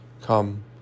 Come